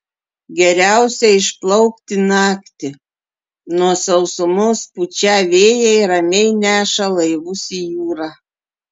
geriausia išplaukti naktį nuo sausumos pučią vėjai ramiai neša laivus į jūrą